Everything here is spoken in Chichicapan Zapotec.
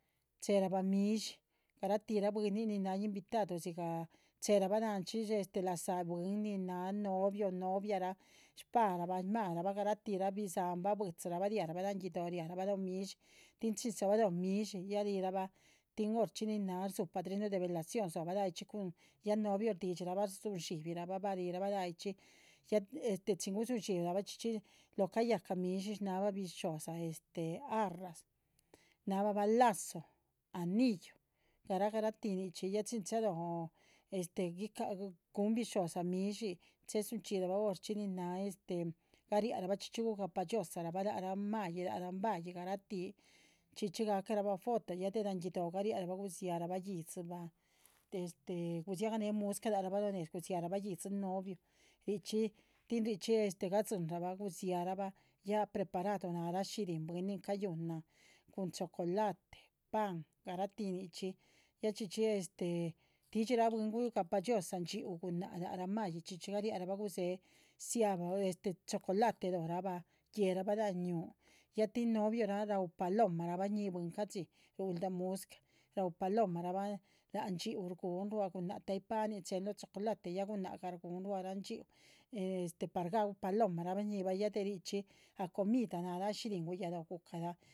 Chéherabah midshí garatihra bwínin nin náha invitado dzigah chéherabah láhan chxí este la´za bwín nin náha novio noviaraa shpáha shmáraa bah garatih, bidzáhanbah. buidzira bah riárbah láhan guido´ riah rabah lóho midshí, tin chin dzóhobaloho midshí ya rihirabah tin horchxí nin náha rdzúhu padrino de velación dzóhbah láyichxí. cuhun ya novio shdidxírah bah rzuhun dxíbirah bah, bah rih rabah láha yi chxí ya este chin gudzin dxibirah bah chxí chxí lóho cayahca midhsí shnáh bah bisho´dza. este arras, shnáha bah bah lazo, anillo, garah garah tih nichxí, ya chin chalóho este guicáha guhun bisho´dza midshí chehe dzun chxírabah horchxi nin náha este. gariah rabah chxí chxí gugapah dhxiozaarabah lác rah ma´yih lac rah mba´yih, garatih chxí chxí gah cah rabah foto ya de láhan guido´, gariah rah bah gudziárabah. yídzibah este gudziága néhe muscah lác rabah gudziára bah yíhdzi novio richí tin richxí este gadzín rahbah gudziarabah ya preparado náhala shihrín bwín. nin cayuhunan cun chocolate, pan, garatih nichxí, ya chxí chxí este, tidxí rah bwín gugahpa dhxiozaa dxhíu, gunáhc lac rah ma´yih, chxí chxí gariah rabah. gudzéhe dziábah este chocolate lóhora bah guéherabah láhan ñúhu ya tin novio rah raú paloma shñíhi bwín, ruhuldah muscah, ráuh palomarabah láha dxhíu shgúhun ruá gunáhc. ta´yi panin chéhen lóho platuh ya gunáhc gah shguhun ruá rah ndxhíuh ee este par gaú palomarabah shñíhirabah ya de richxí ah comida náhala ah shihrín guyalóho gu´calaha